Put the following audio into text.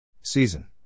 Season